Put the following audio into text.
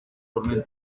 tormenta